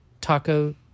taco